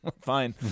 Fine